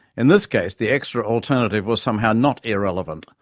in this case, the extra alternative was somehow not irrelevant,